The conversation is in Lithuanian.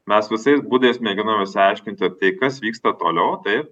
mes visais būdais mėginom išsiaiškinti tai kas vyksta toliau taip